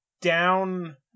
down